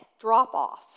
drop-off